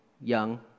young